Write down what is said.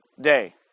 day